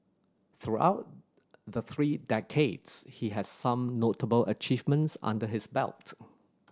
throughout the three decades he has some notable achievements under his belt